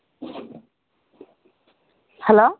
hello